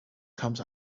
comes